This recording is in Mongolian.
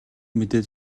мэдээд